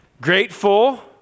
Grateful